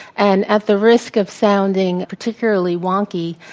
and at the risk of sounding particularly wonky,